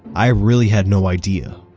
i really had no idea,